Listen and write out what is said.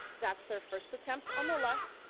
that's their first attempt on the left,